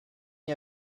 n’y